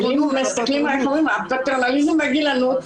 הפרטנליזם והגילנות,